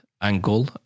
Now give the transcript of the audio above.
angle